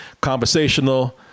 conversational